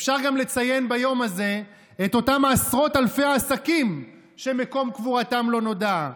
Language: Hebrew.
אפשר גם לציין ביום הזה את אותם עשרות אלפי עסקים שמקום קבורתם לא נודע,